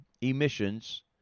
emissions